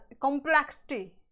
complexity